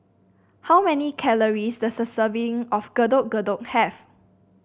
how many calories does a serving of Getuk Getuk have